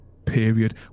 period